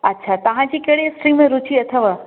अच्छा तव्हांजी कहिड़ी स्ट्रीम में रूची अथव